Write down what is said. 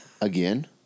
again